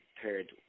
paired